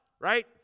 right